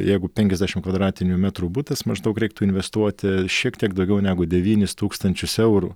jeigu penkiasdešim kvadratinių metrų butas maždaug reiktų investuoti šiek tiek daugiau negu devynis tūkstančius eurų